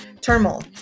turmoil